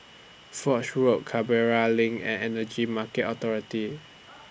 Foch Road Canberra LINK and Energy Market Authority